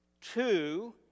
Two